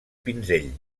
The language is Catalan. pinzell